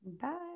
Bye